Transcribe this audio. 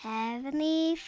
Heavenly